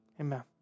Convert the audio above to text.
Amen